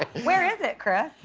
where is it, chris?